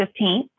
15th